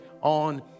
on